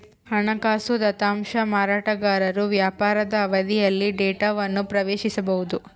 ಹಣಕಾಸು ದತ್ತಾಂಶ ಮಾರಾಟಗಾರರು ವ್ಯಾಪಾರದ ಅವಧಿಯಲ್ಲಿ ಡೇಟಾವನ್ನು ಪ್ರವೇಶಿಸಬೊದು